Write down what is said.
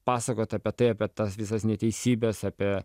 pasakot apie tai apie tas visas neteisybes apie